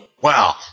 Wow